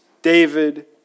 David